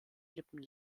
lippen